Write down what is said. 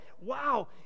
wow